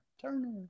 Turner